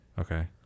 Okay